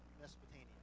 Mesopotamia